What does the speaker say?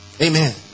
Amen